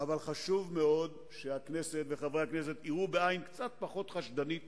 אבל חשוב מאוד שהכנסת וחברי הכנסת יראו בעין קצת פחות חשדנית